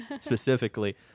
specifically